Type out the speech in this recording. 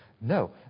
No